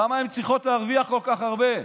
למה הן צריכות להרוויח כל כך הרבה?